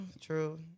true